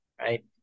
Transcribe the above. right